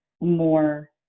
more